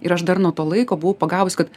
ir aš dar nuo to laiko buvau pagavus kad